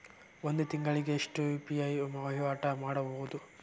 ಒಂದ್ ತಿಂಗಳಿಗೆ ಎಷ್ಟ ಯು.ಪಿ.ಐ ವಹಿವಾಟ ಮಾಡಬೋದು?